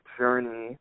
journey